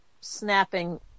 snapping